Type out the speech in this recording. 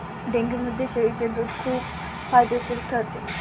डेंग्यूमध्ये शेळीचे दूध खूप फायदेशीर ठरते